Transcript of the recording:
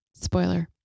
Spoiler